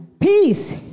Peace